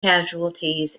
casualties